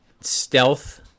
stealth